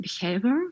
behavior